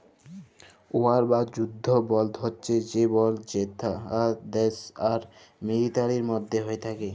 war বা যুদ্ধ বল্ড হছে সে বল্ড যেট দ্যাশ আর মিলিটারির মধ্যে হ্যয়ে থ্যাকে